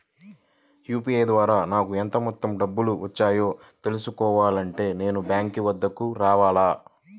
UPI ద్వారా నాకు ఎంత మొత్తం డబ్బులు వచ్చాయో తెలుసుకోవాలి అంటే నేను బ్యాంక్ వద్దకు రావాలా?